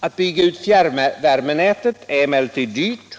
Att bygga ut fjärrvärmenätet är emellertid dyrt,